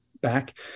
back